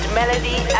melody